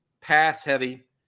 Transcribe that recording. pass-heavy